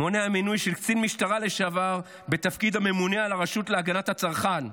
מונע מינוי של קצין משטרה לשעבר בתפקיד הממונה על הרשות להגנת הצרכן.